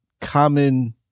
common